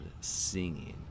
singing